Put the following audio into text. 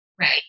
right